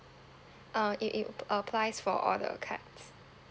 uh it it ap~ applies for all the cards